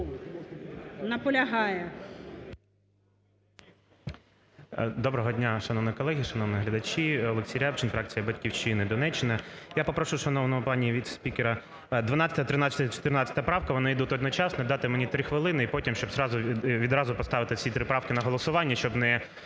Доброго дня, шановні колеги, шановні глядачі. Олексій Рябчин, фракція "Батьківщина", Донеччина. Я попрошу шановну пані віце-спікера 12-а, 13-а і 14-а правки, вони ідуть одночасно, дати мені 3 хвилини і потім, щоб відразу поставити всі три правки на голосування, щоб не